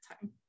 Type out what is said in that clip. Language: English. time